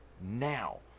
Now